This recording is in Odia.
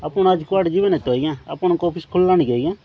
ଆପଣ ଆଜି କୁଆଡ଼େ ଯିବେ ନାହିଁ ତ ଆଜ୍ଞା ଆପଣଙ୍କ ଅଫସ୍ ଖୋଲିଲାଣି କି ଆଜ୍ଞା